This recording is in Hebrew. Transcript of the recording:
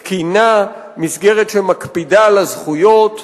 תקינה, מסגרת שמקפידה על הזכויות,